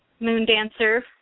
Moondancer